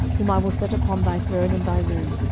whom i will set upon thy throne in thy room,